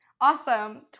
Awesome